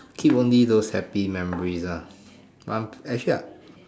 keep only those happy memories ah actually I